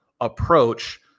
approach